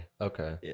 okay